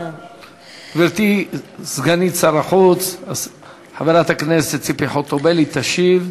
גברתי סגנית שר החוץ חברת הכנסת ציפי חוטובלי תשיב.